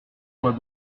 sois